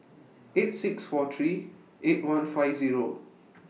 eight six four three eight one five Zero